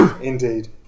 Indeed